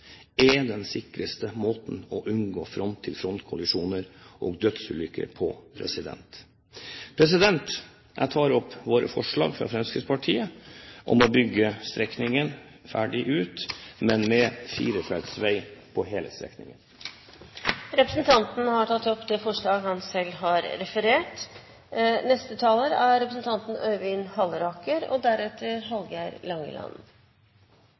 er den sikreste måten å unngå front-mot-front-kollisjoner og dødsulykker på. Jeg tar opp forslaget fra Fremskrittspartiet om å bygge strekningen ferdig, men med firefelts veg på hele strekningen. Representanten Jan-Henrik Fredriksen har tatt opp det forslaget han refererte til. Jeg kunne startet med å kommentere representanten